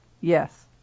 Yes